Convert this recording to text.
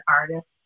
artist